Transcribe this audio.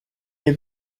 had